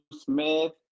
Smith